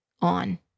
on